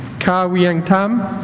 kah wieng tham